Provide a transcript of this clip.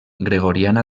gregoriana